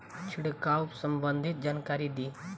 छिड़काव संबंधित जानकारी दी?